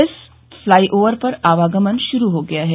इस फ्लाईओवर पर आवागमन शुरू हो गया है